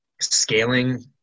scaling